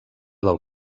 del